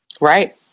Right